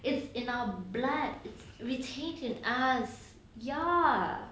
is in our blood it's in us ya